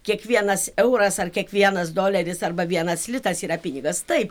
kiekvienas euras ar kiekvienas doleris arba vienas litas yra pinigas taip